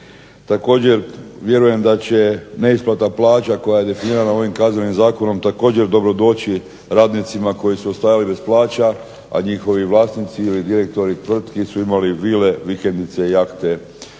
Također vjerujem da će neisplata plaća koja je definirana ovim Kaznenim zakonom također dobro doći radnicima koji su ostajali bez plaća, a njihovi vlasnici ili direktori tvrtki su imali vile, vikendice, jahte